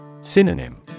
Synonym